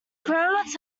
crowds